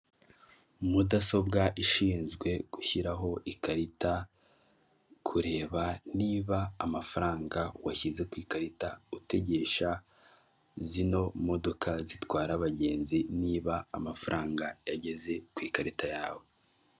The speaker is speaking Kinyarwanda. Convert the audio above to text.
Mudasobwa ishinzwe gushyiraho ikarita, kureba niba amafaranga washyize ku ikarita utegesha zino modoka zitwara abagenzi niba amafaranga yageze ku ikarita yawe.